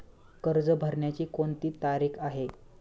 कर्ज भरण्याची कोणती तारीख आहे?